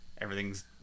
Everything's